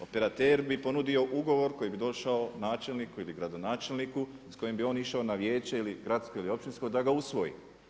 Operater bi ponudio ugovor koji bi došao načelniku ili gradonačelniku s kojim bi on išao na vijeće gradsko ili općinsko da ga usvoji.